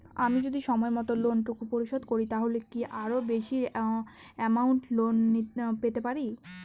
আমি যদি সময় মত লোন টুকু পরিশোধ করি তাহলে কি আরো বেশি আমৌন্ট লোন পেতে পাড়ি?